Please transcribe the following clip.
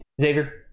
Xavier